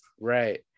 right